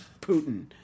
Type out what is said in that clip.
Putin